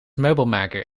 meubelmaker